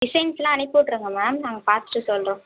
டிசைன்ஸ்லாம் அனுப்பிவிட்ருங்க மேம் நாங்கள் பார்த்துட்டு சொல்கிறோம்